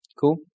Cool